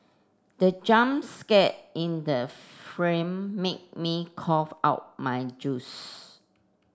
the jump scare in the made me cough out my juice